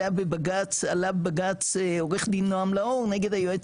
זה היה בבג"צ עלה בבג"צ עו"ד נועם לאור נגד היועץ